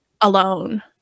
alone